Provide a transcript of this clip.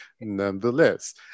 nonetheless